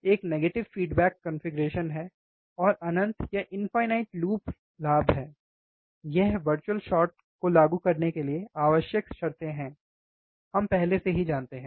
एक negative feedback configuration है और अनंत लूप लाभ ये वर्चुअल शॉर्ट को लागू करने के लिए आवश्यक शर्तें हैं हम पहले से ही जानते हैं